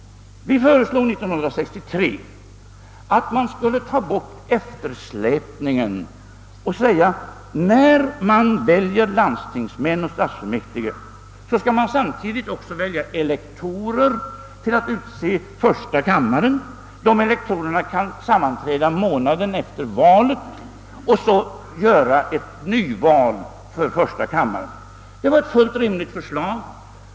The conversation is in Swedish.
Vi föreslog år 1963 att man skulle avskaffa eftersläpningen och samtidigt med valet till landsting och stadsfullmäktige utse elektorer, som i sin tur väljer förstakammarledamöter. Dessa elektorer föreslogs skola sammanträda månaden efter detta val för att företaga nyval till första kammaren. Detta var ett fullt rimligt förslag.